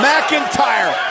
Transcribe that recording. McIntyre